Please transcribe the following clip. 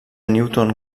newton